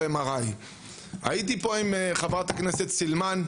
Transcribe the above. MRI. הייתי פה עם חברת הכנסת סילמן,